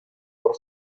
por